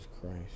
Christ